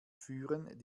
führen